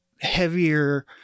heavier